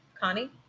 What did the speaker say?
connie